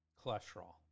cholesterol